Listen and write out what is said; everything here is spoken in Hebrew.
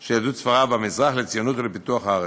של יהדות ספרד והמזרח לציונות ולפיתוח הארץ,